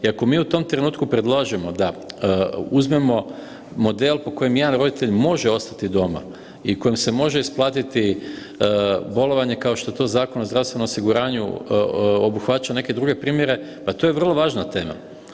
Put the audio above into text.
I ako mi u tom trenutku predložimo da uzmemo model po kojem jedan roditelj može ostati doma i kojem se može isplatiti bolovanje kao što to Zakon o zdravstvenom osiguranju obuhvaća neke druge primjere, pa to je vrlo važna tema.